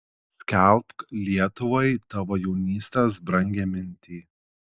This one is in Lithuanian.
skelbk lietuvai tavo jaunystės brangią mintį